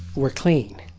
we're clean.